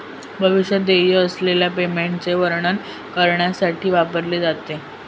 भविष्यात देय असलेल्या पेमेंटचे वर्णन करण्यासाठी वापरले जाते